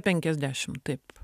penkiasdešim taip